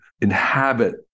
inhabit